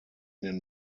den